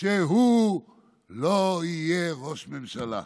שהוא לא יהיה ראש ממשלה: